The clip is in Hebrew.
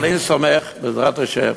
אבל אני סומך, בעזרת השם,